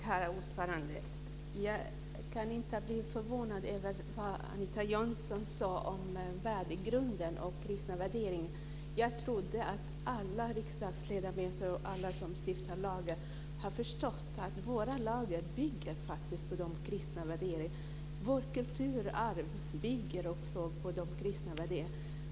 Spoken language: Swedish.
Herr talman! Jag var förvånad över vad Anita Jönsson sade om värdegrunden och kristna värderingar. Jag trodde att alla riksdagsledamöter som lagstiftare har förstått att våra lagar faktiskt bygger på de kristna värderingarna. Också vårt kulturarv bygger på de kristna värderingarna.